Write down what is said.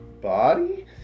body